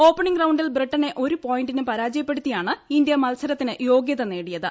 opening റൌണ്ടിൽ ബ്രിട്ടനെ ഒരു പോയിന്റിന് പരാജയപ്പെടുത്തിയാണ് ഇന്ത്യ മത്സരത്തിന് യോഗൃത് നേടിയത്